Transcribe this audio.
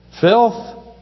Filth